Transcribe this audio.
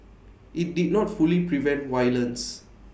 IT did not fully prevent violence